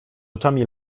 oczami